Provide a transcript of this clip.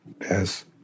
Yes